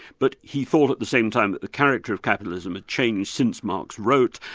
but he thought at the same time that the character of capitalism had changed since marx wrote,